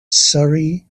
surrey